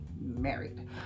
married